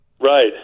right